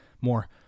more